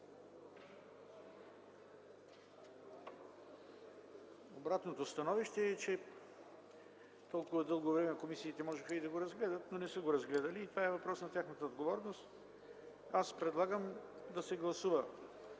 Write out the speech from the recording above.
Обратното становище е, че за толкова дълго време комисиите можеха да го разгледат, но не са го разгледали. Това е въпрос на тяхна отговорност. Аз предлагам да изложа